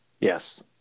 yes